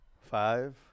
Five